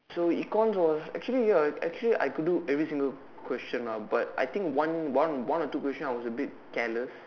so econs was actually ya actually I could do every single question lah but I think one one one or two question I was a bit careless